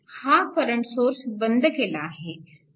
हा current source बंद केला आहे